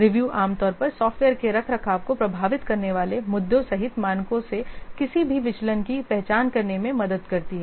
review आम तौर पर सॉफ्टवेयर के रखरखाव को प्रभावित करने वाले मुद्दों सहित मानकों से किसी भी विचलन की पहचान करने में मदद करती है